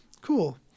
cool